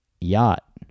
yacht